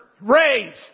raised